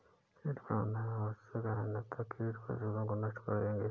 कीट प्रबंधन आवश्यक है अन्यथा कीट फसलों को नष्ट कर देंगे